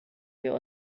wir